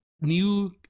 new